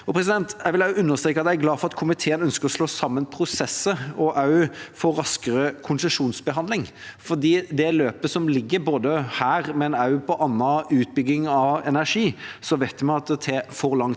Jeg vil også understreke at jeg er glad for at komiteen ønsker å slå sammen prosesser og også få raskere konsesjonsbehandling, for med det løpet som ligger både her og på annen utbygging av energi, vet vi at det tar for lang tid.